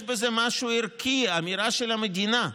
יש בזה משהו ערכי, אמירה של המדינה.